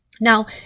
Now